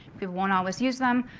people won't always use them.